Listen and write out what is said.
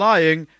Lying